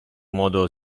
modo